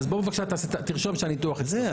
בוא בבקשה תרשום שהניתוח אצלי.